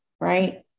right